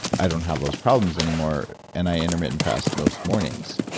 i don't have those problems anymore, and i intermittent fast most mornings.